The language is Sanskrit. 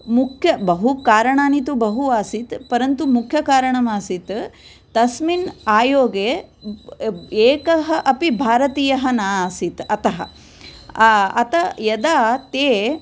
मुख्य बहु कारणानि तु बहु आसीत् परन्तु मुख्यकारणम् आसीत् तस्मिन् आयोगे एकः अपि भारतीयः न आसीत् अतः अत यदा ते